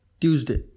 Tuesday